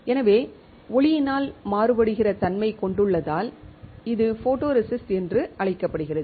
எனவே ஒளியினால் மாறுபடுகிற தன்மை கொண்டுள்ளதால் இது ஃபோட்டோரெசிஸ்ட் என்று அழைக்கப்படுகிறது